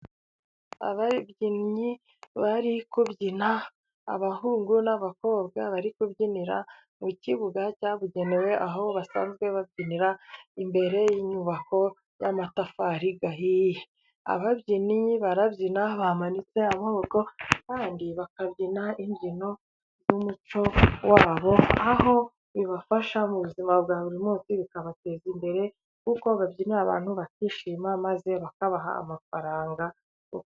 Ababyinnyi bari kubyina. Abahungu n'abakobwa bari kubyinira mu kibuga cyabugenewe, aho basanzwe babyinira, imbere y'inyubako y'amatafari ahiye. Ababyinnyi barabyina bamanitse amoko, kandi bakabyina imbyino z'umuco wabo, aho bibafasha mu buzima bwa buri munsi, bikabateza imbere kuko babyinira abantu bakishima ,maze bakabaha amafaranga.